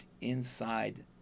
inside